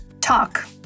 talk